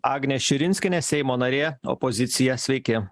agnė širinskienė seimo narė opozicija sveiki